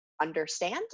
understand